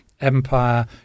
empire